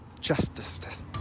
justice